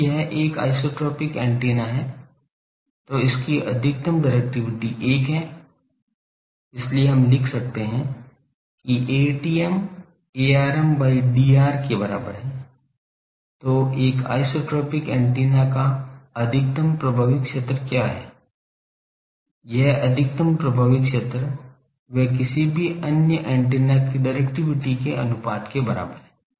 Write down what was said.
यदि यह एक आइसोट्रोपिक एंटीना है तो इसकी अधिकतम डिरेक्टिविटी 1 है इसलिए हम लिख सकते हैं कि Atm Arm by Dr के बराबर है तो एक आइसोट्रोपिक एंटीना का अधिकतम प्रभावी क्षेत्र क्या है यह अधिकतम प्रभावी क्षेत्र व किसी भी अन्य एंटीना की डिरेक्टिविटी के अनुपात के बराबर है